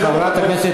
חברת הכנסת סטרוק,